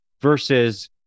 versus